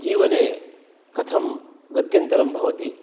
जीवने कथं गत्यन्तरं भवति